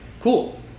cool